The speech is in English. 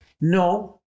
No